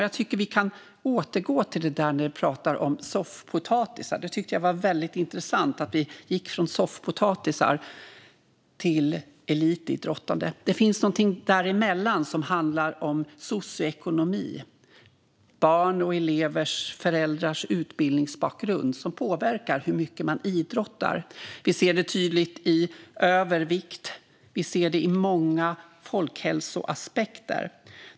Jag tycker att vi kan återgå till detta med soffpotatisar. Jag tycker att det var väldigt intressant att vi gick från soffpotatisar till elitidrottande. Det finns någonting däremellan som handlar om socioekonomi. Barns och elevers föräldrars utbildningsbakgrund påverkar hur mycket man idrottar. Vi ser det tydligt i övervikt och i många andra folkhälsoaspekter.